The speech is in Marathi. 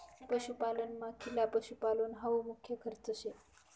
पशुपालनमा खिला पशुपालन हावू मुख्य खर्च शे